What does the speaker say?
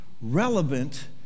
relevant